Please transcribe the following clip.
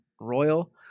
royal